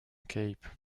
cape